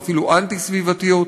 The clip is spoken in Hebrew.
ואפילו אנטי-סביבתיות.